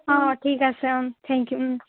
অঁ অঁ ঠিক আছে থেংক ইউ